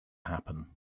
happen